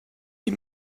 you